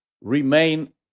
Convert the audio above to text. remain